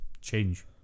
change